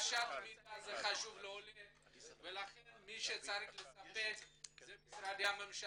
לעולה זה חשוב ומי שצריך לספק זה משרדי הממשלה,